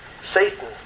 Satan